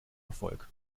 erfolg